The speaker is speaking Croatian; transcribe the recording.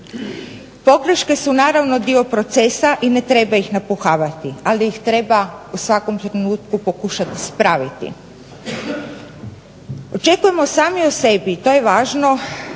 Pogreške su naravno dio procesa i ne treba ih napuhavati, ali ih treba u svakom trenutku pokušati ispraviti. Očekujemo sami o sebi i to je važno.